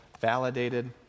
validated